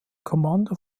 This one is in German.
kommando